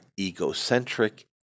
egocentric